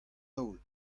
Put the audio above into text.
daol